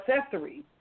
accessories